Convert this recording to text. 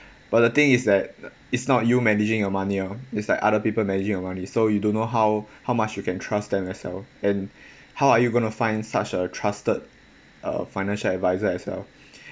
but the thing is that it's not you managing your money oh is like other people managing your money so you don't know how how much you can trust them as well and how are you gonna find such a trusted uh financial adviser as well